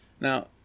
Now